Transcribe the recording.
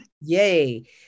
yay